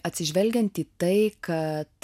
atsižvelgiant į tai kad